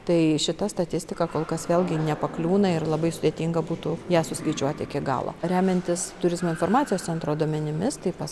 tai šita statistika kol kas vėlgi nepakliūna ir labai sudėtinga būtų ją suskaičiuoti iki galo remiantis turizmo informacijos centro duomenimis tai pas